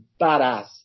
Badass